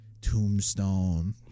Tombstone